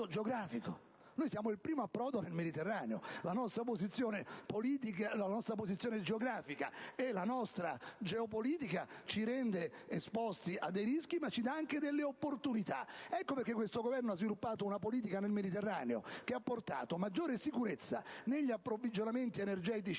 geografico: siamo il primo approdo del Mediterraneo. La nostra posizione geografica e la nostra posizione geopolitica ci rendono esposti ai rischi, ma ci danno anche delle opportunità. Ecco perché questo Governo ha sviluppato una politica nel Mediterraneo che ha portato maggiore sicurezza negli approvvigionamenti energetici